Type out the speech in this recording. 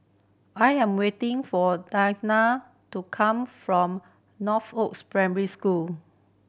I am waiting for to come from Northoaks Primary School